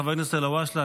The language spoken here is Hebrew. חבר כנסת אלהואשלה,